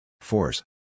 Force